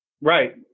right